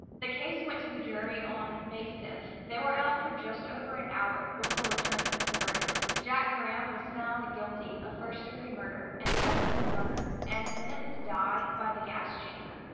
the case went to the jury on may five they were out for just over an hour before returning with a verdict. jack graham was found guilty of first degree murder in the death of his mother and sentenced to die by the gas chamber.